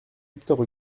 victor